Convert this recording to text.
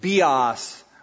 BIOS